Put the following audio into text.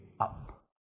up